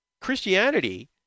Christianity